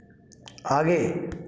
आगे